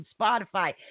Spotify